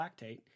lactate